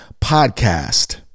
podcast